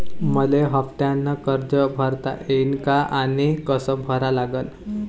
मले हफ्त्यानं कर्ज भरता येईन का आनी कस भरा लागन?